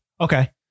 okay